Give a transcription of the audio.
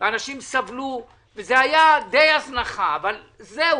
אנשים סבלו, וזה היה די הזנחה אבל זהו.